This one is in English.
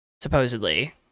supposedly